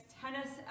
tennis